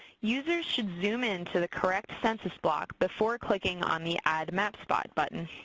users should zoom in to the correct census block before clicking on the add map spot button.